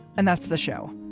and that's the show.